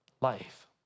life